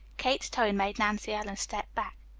kate's tone made nancy ellen step back.